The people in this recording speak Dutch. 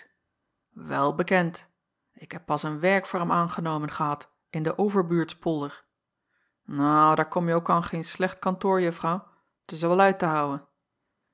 wegblies welbekend ik heb pas een werk voor hem angenomen gehad in den verbuurtspolder ou daar komje ook an geen slecht kantoor uffrouw t is er wel uit te houën